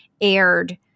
aired